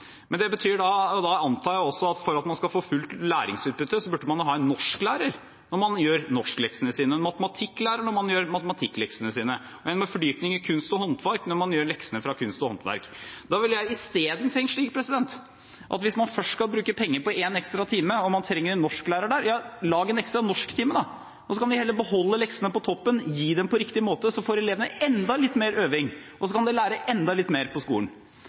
men med faglærte lærere, og vi trenger ikke å diskutere prislappen her nå – antar jeg også at for at man skal få fullt læringsutbytte, burde man ha en norsklærer når man gjør norskleksene sine, en matematikklærer når man gjør matematikkleksene sine, og en med fordypning i kunst og håndverk når man gjør leksene i kunst og håndverk. Da ville jeg isteden ha tenkt slik at hvis man først skal bruke penger på en ekstra time, og man trenger en norsklærer der – ja, lag en ekstra norsktime da! Så kan vi heller beholde leksene på toppen og gi dem på riktig måte. Da får elevene enda litt mer øving, og så kan de lære enda litt mer på skolen.